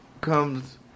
comes